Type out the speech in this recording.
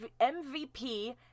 MVP